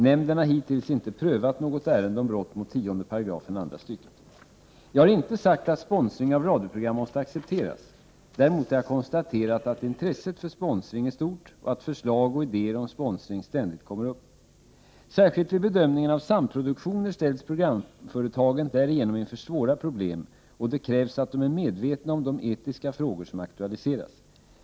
Nämnden har hittills inte prövat något ärende om brott mot 10 § andra stycket. Jag har inte sagt att sponsring av radioprogram måste accepteras. Däremot har jag konstaterat att intresset för sponsring är stort och att förslag och idéer om sponsring ständigt kommer upp. Särskilt vid bedömningen av samproduktioner ställs programföretagen därigenom inför svåra problem, och det krävs att de är medvetna om de etiska frågor som aktualiseras.